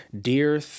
dear